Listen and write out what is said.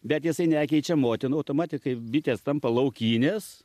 bet jisai nekeičia motinų automatikai bitės tampa laukinės